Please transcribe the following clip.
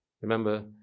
remember